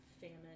famine